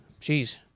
jeez